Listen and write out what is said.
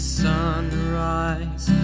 sunrise